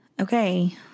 Okay